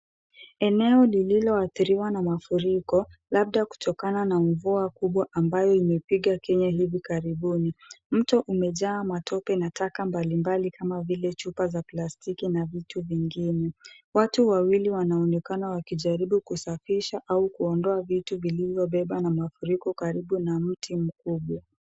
Eneo lililoathiriwa na mafuriko, labda kutokana na mvua kubwa ambayo imepiga Kenya hivi karibuni. Mto umejaa matope na taka mbalimbali kama vile chupa za plastiki na vitu vingine. Watu wawili wanaonekana wakijaribu kusafisha au kuondoa vitu vilivyobebwa na mafuriko karibu na mti mkubwa.